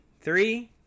three